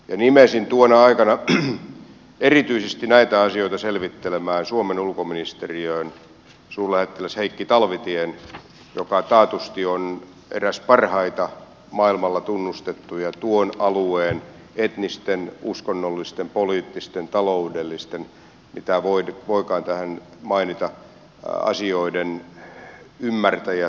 nimesin tuona aikana erityisesti näitä asioita selvittelemään suomen ulkoministeriöön suurlähettiläs heikki talvitien joka taatusti on eräs parhaita maailmalla tunnustettuja tuon alueen etnisten uskonnollisten poliittisten taloudellisten mitä voikaan tähän mainita asioiden ymmärtäjiä suhteellisuusasteikolla